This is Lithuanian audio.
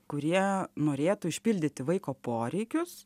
kurie norėtų išpildyti vaiko poreikius